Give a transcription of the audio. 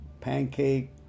pancake